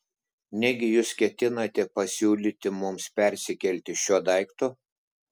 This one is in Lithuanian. negi jūs ketinate pasiūlyti mums persikelti šiuo daiktu